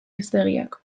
hiztegiak